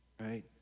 right